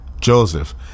Joseph